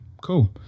cool